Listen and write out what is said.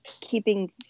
keeping